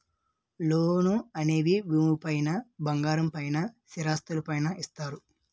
లోన్లు అనేవి భూమి పైన బంగారం పైన స్థిరాస్తులు పైన ఇస్తారు